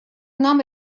нам